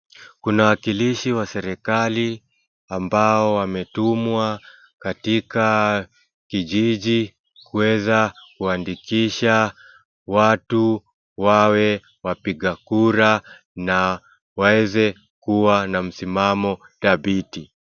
Kuna wakilishi wa serikali ambao wametumwa katika kijiji kuweza kuandikisha watu wawe wapiga kura na waweze kuwa na msimamo thabiti.